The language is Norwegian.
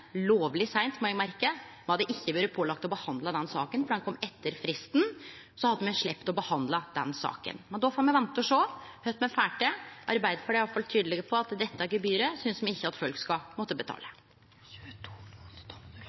lovleg seint, må eg merke, me hadde ikkje vore pålagde å behandle denne saka, for ho kom etter fristen. Men då får me vente og sjå kva me får til. Arbeidarpartiet er i alle fall tydelege på at dette gebyret synest me ikkje at folk skal måtte betale.